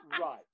right